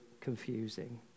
confusing